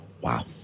Wow